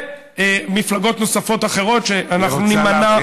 ומפלגות נוספות אחרות שנימנע משמן.